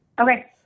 Okay